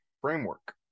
framework